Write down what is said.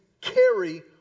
carry